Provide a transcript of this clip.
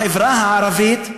בחברה הערבית,